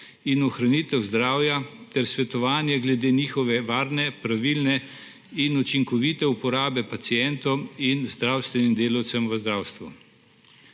in ohranitev zdravja ter svetovanje glede njihove varne, pravilne in učinkovite uporabe pacientom in zdravstvenim delavcem v zdravstvu.